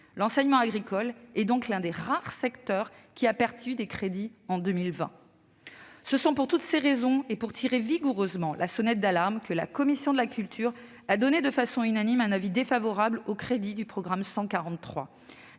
L'enseignement agricole est donc l'un des rares secteurs ayant perdu des crédits en 2020. Pour toutes ces raisons et pour tirer vigoureusement la sonnette d'alarme, la commission de la culture a émis, de façon unanime, un avis défavorable sur les crédits du programme 143.